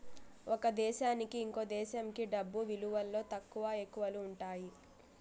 ఒక దేశానికి ఇంకో దేశంకి డబ్బు విలువలో తక్కువ, ఎక్కువలు ఉంటాయి